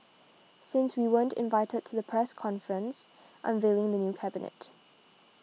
since we weren't invited to the press conference unveiling the new cabinet